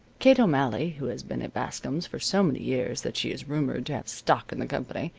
kate o'malley, who has been at bascom's for so many years that she is rumored to have stock in the company,